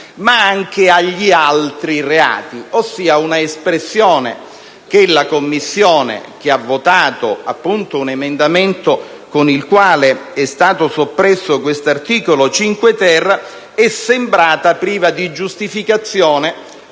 ma anche agli «altri reati»: si tratta di un'espressione che alla Commissione (che ha votato un emendamento con il quale è stato soppresso l'articolo 5-*ter*) è sembrata priva di giustificazione,